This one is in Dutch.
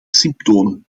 symptomen